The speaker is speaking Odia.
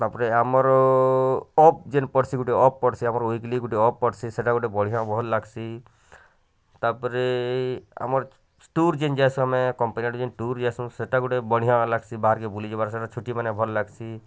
ତା'ପରେ ଆମର ଅଫ୍ ଯେନ୍ ପଡ଼ଶି ଗୋଟେ ଅଫ୍ ପଡ଼ଶି ଆମର ୱିକ୍ଲି ଗୋଟେ ଅଫ୍ ପଡ଼ଶି ସେଟା ଗୋଟେ ବଢ଼ିଆ ଭଲ୍ ଲାଗସି ତା'ପରେ ଆମର୍ ଟୁର୍ ଯେନ୍ ଯାଈଂସୁ ଆମେ କମ୍ପାନୀର ଗୋଟେ ଟୁର୍ ଯାଇସୁଁ ସେଟା ଗୋଟେ ବଢ଼ିଆ ଲାଗସି ବାହାରକେ ବୁଲିଯିବା ମାନେ ଛୁଟି ମାନେ ଭଲ୍ ଲାଗସି